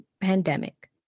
pandemic